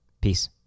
Peace